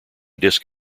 disk